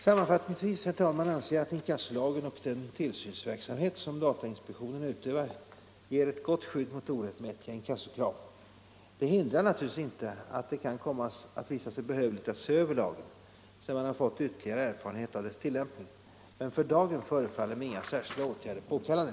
Sammanfattningsvis anser jag att inkassolagen och den tillsynsverksamhet som datainspektionen utövar ger ett gott skydd mot orättmätiga inkassokrav. Detta hindrar naturligtvis inte att det kan komma att visa sig behövligt att se över lagen, sedan man fått ytterligare erfarenhet av dess tillämpning. För dagen förefaller mig inga särskilda åtgärder påkallade.